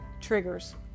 triggers